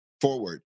forward